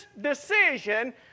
decision